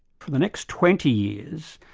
for the next twenty years,